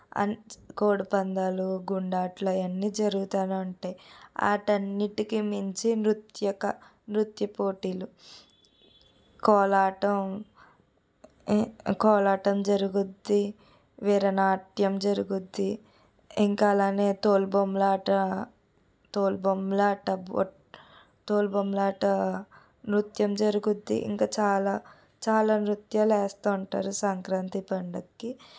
అన్ కోడిపందాలు గుండాట్లు అవన్నీ జరుగుతూనే ఉంటాయి వాటన్నింటికీ మించి నృత్య నృత్య పోటీలు కోలాటం కోలాటం జరుగుతుంది వీరనాట్యం జరుగుతుంది ఇంకా అలానే తోలుబొమ్మలాట తోలుబొమ్మలాట తోలుబొమ్మలాట నృత్యం జరుగుతుంది ఇంకా చాలా చాలా నృత్యాలు వేస్తూ ఉంటారు సంక్రాంతి పండగకి